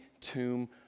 tomb